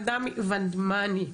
ודמני,